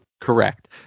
Correct